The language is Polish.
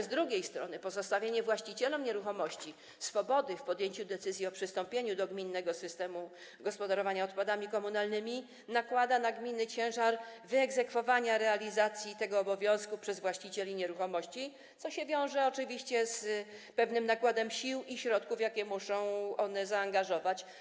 Z drugiej strony pozostawienie właścicielom nieruchomości swobody w podejmowaniu decyzji o przystąpieniu do gminnego systemu gospodarowania odpadami komunalnymi nakłada na gminy ciężar wyegzekwowania realizacji tego obowiązku przez właścicieli nieruchomości, co wiąże się oczywiście z pewnym nakładem sił i środków, jakie muszą one zaangażować.